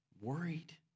worried